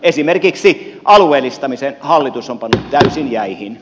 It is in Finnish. esimerkiksi alueellistamisen hallitus on pannut täysin jäihin